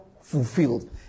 fulfilled